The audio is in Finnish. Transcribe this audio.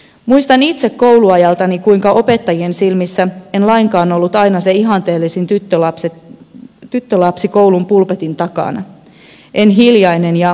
muistan itse kouluajaltani kuinka opettajien silmissä en lainkaan ollut aina se ihanteellisin tyttölapsi koulun pulpetin takana en hiljainen enkä mukautuvin